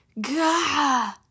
Gah